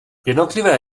jednotlivé